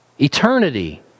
eternity